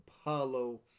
apollo